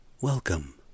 Welcome